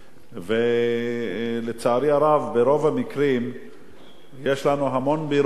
ולצערי הרב, ברוב המקרים יש לנו המון ביורוקרטיות.